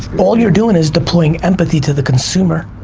all you're doing is deploying empathy to the consumer.